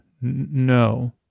No